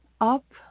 Up